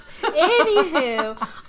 Anywho